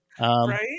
Right